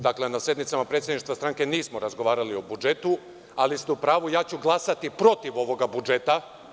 Dakle, na sednicama predsedništva stranke nismo razgovarali o budžetu, ali ste u pravu, ja ću glasati protiv ovoga budžeta.